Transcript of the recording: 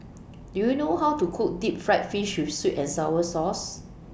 Do YOU know How to Cook Deep Fried Fish with Sweet and Sour Sauce